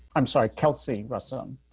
i'm sorry. kelsey russell. um